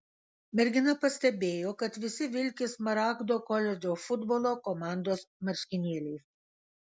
mergina pastebėjo kad visi vilki smaragdo koledžo futbolo komandos marškinėliais